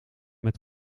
met